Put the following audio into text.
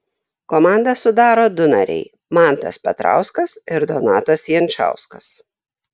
komandą sudaro du nariai mantas petrauskas ir donatas jančauskas